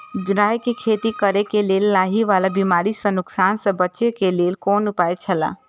राय के खेती करे के लेल लाहि वाला बिमारी स नुकसान स बचे के लेल कोन उपाय छला?